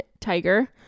tiger